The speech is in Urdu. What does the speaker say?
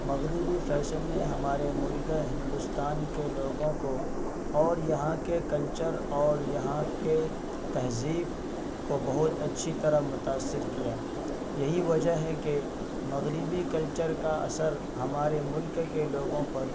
مغربی فیشن نے ہمارے ملک ہندوستان کے لوگوں کو اور یہاں کے کلچر اور یہاں کے تہذیب کو بہت اچھی طرح متاثر کیا یہی وجہ ہے کہ مغربی کلچر کا اثر ہمارے ملک کے لوگوں پر